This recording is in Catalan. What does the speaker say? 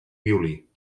violí